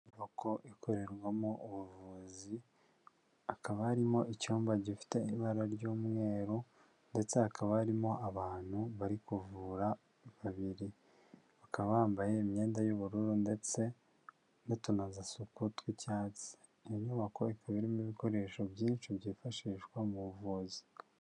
Inyubako ikorerwamo ubuvuzi hakaba harimo icyumba gifite ibara ry'umweru ndetse hakaba harimo abantu bari kuvura babiri, bakaba bambaye imyenda y'ubururu ndetse n'utunozasuko tw'icyatsi, iyi nyubako ikaba irimo ibikoresho byinshi byifashishwa mu buvuzi.